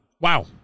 Wow